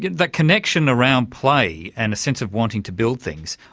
that connection around play and a sense of wanting to build things,